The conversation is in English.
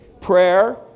Prayer